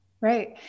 Right